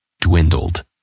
dwindled